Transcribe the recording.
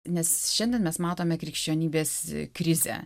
nes šiandien mes matome krikščionybės krizę